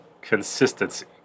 consistency